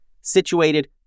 situated